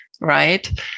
right